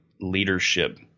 leadership